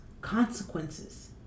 consequences